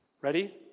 Ready